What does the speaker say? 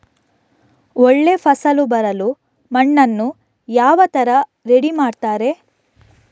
ಒಳ್ಳೆ ಫಸಲು ಬರಲು ಮಣ್ಣನ್ನು ಯಾವ ತರ ರೆಡಿ ಮಾಡ್ತಾರೆ?